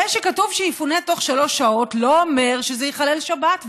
זה שכתוב שיפונה בתוך שלוש שעות לא אומר שזה יחלל שבת,